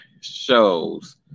Shows